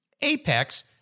Apex